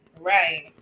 Right